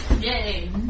Yay